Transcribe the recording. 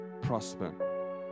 prosper